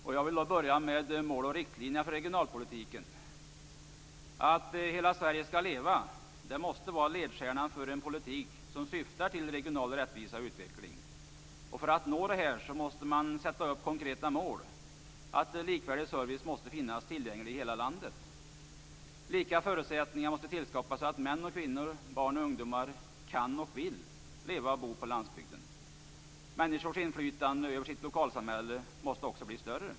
Och jag vill då börja med frågan om mål och riktlinjer för regionalpolitiken. Att hela Sverige skall leva måste vara ledstjärnan för en politik som syftar till regional rättvisa och utveckling. För att nå detta måste man sätta upp konkreta mål. Likvärdig service måste finnas tillgänglig i hela landet. Lika förutsättningar måste tillskapas så att män och kvinnor, barn och ungdomar kan och vill leva och bo på landsbygden. Människors inflytande över sitt lokalsamhälle måste också bli större.